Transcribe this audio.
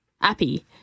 happy